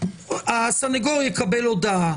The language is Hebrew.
הסנגור יקבל הודעה